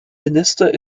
minister